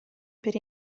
per